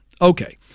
Okay